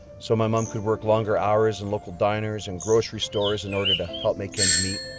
so my mom could work longer hours in local diners and grocery stores in order to help make ends meet.